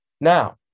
now